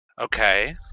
Okay